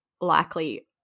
likely